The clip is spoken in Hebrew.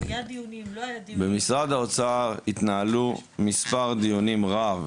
במשרד האוצר התנהל מספר דיונים רב,